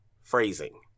phrasing